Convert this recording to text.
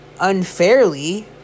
unfairly